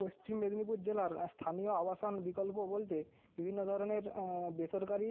পশ্চিম মেদিনীপুর জেলার স্থানীয় আবাসান বিকল্প বলতে বিভিন্ন ধরনের বেসরকারি